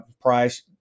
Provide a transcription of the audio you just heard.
price